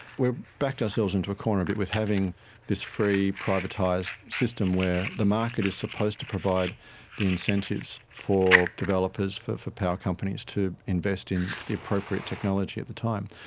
backed ourselves into a corner a bit with having this free privatised system where the market is supposed to provide the incentives for developers, for for power companies to invest in the appropriate technology at the time.